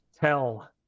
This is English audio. tell